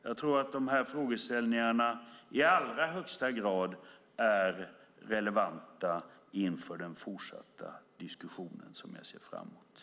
Jag tror att dessa frågeställningar i allra högsta grad är relevanta inför den fortsatta diskussionen som jag ser fram emot.